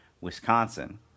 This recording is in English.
Wisconsin